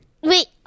Wait